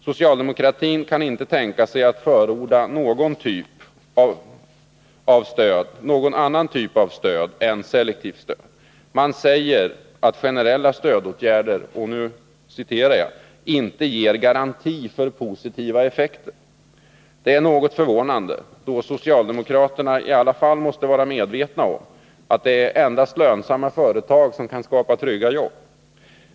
Socialdemokratin kan inte tänka sig att förorda någon annan typ av stöd än selektivt stöd. Man säger att generella stödåtgärder inte ger ”någon garanti för positiva effekter”. Det är något förvånande, då socialdemokraterna i alla fall måste vara medvetna om att det endast är lönsamma företag som kan skapa trygga jobb.